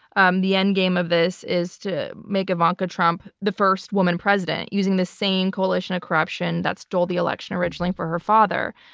um the endgame of this is to make ivanka trump the first woman president, using the same coalition of corruption that stole the election originally for her father.